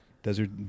Desert